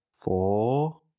Four